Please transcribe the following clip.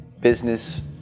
business